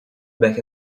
back